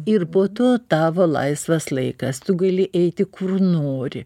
ir po to tavo laisvas laikas tu gali eiti kur nori